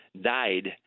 died